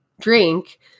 drink